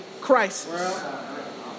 crisis